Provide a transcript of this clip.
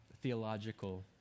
Theological